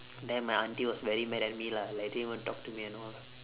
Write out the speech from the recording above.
then my auntie was very mad at me lah like didn't even talk to me and all